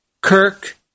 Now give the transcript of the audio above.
kirk